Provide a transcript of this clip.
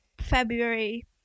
February